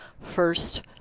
first